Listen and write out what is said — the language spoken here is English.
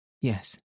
Yes